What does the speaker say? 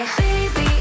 baby